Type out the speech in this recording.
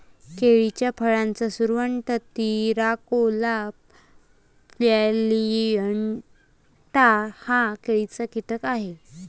केळीच्या फळाचा सुरवंट, तिराकोला प्लॅजिएटा हा केळीचा कीटक आहे